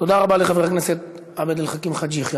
תודה רבה לחבר הכנסת עבד אל חכים חאג' יחיא.